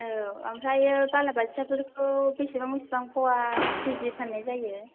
औ ओमफ्राय बालाबाथियाफोरखौ बेसेबां बेसेबां फवा केजि फाननाय जायो